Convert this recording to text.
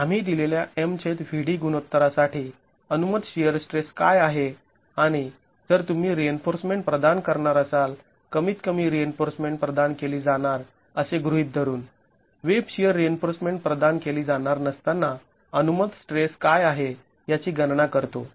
आम्ही दिलेल्या MVd गुणोत्तरासाठी अनुमत शिअर स्ट्रेस काय आहे आणि जर तुम्ही रिइन्फोर्समेंट प्रदान करणार असाल कमीत कमी रिइन्फोर्समेंट प्रदान केली जाणार असे गृहीत धरून वेब शिअर रिइन्फोर्समेंट प्रदान केली जाणार नसताना अनुमत स्ट्रेस काय आहे याची गणना करतो